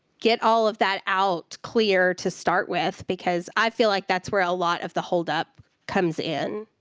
get all of that out, clear to start with, because i feel like that's where a lot of the holdup comes in.